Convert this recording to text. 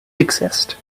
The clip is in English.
exist